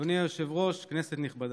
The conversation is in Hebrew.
אדוני היושב-ראש, כנסת נכבדה,